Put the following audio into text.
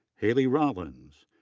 hayley rollins,